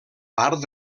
part